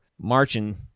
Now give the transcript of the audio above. marching